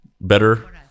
better